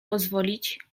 pozwolić